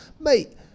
mate